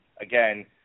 again